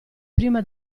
prima